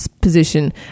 position